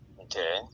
Okay